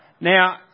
Now